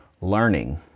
learning